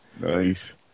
Nice